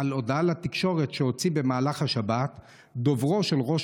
על הודעה לתקשורת שהוציא במהלך השבת דוברו של ראש